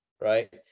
right